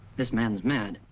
this man's mad.